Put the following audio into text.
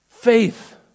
Faith